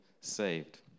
saved